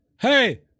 Hey